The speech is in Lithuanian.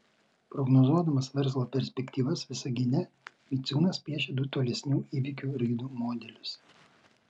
prognozuodamas verslo perspektyvas visagine miciūnas piešia du tolesnių įvykių raidos modelius